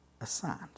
assigned